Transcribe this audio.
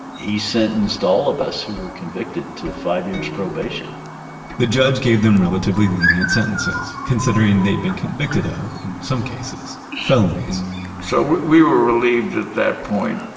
he sentenced all of us who were convicted to five years probation the judge gave them relatively lenient sentences considering they'd been convicted of, in some cases, felonies so we were relieved at that point.